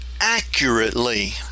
accurately